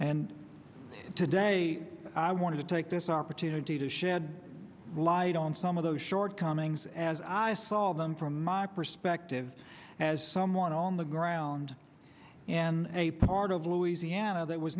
and today i want to take this opportunity to shed light on some of those shortcomings as i saw them from my perspective as someone on the ground and a part of louisiana that was